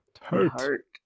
hurt